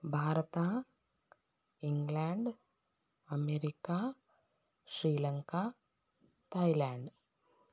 Bharat England America Sri Lanka Thailand